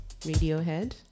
Radiohead